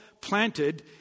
planted